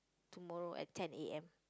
tomorrow at ten A_M